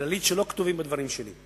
עוד כמה מלים שלא כתובות בדברים שלי.